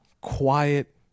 quiet